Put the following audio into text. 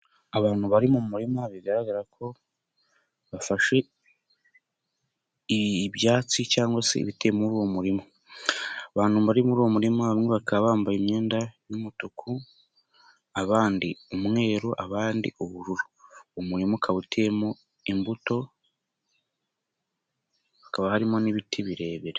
Abantu bari mu murima bigaragara ko bafashe ibyatsi cyangwa se ibiye muri uwo murima. Abantu bari muri uwo murima bamwe bakaba bambaye imyenda y'umutuku, abandi umweru, abandi ubururu. Umurima ukaba uteyemo imbuto hakaba harimo n'ibiti birebire.